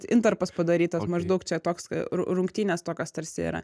intarpas padarytas maždaug čia toks ru rungtynės tokios tarsi yra